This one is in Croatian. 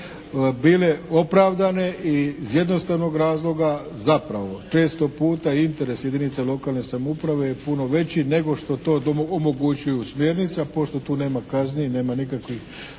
bile opravdane iz jednostavnog razloga, zapravo često puta interes jedinica lokalne samouprave je puno veći nego što to omogućuju smjernica. Pošto tu nema kazni, nema nikakvih